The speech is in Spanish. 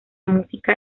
música